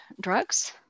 drugs